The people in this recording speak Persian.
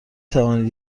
توانید